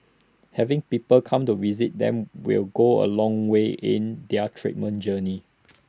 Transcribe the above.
having people come to visit them will go A long way in their treatment journey